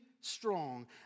strong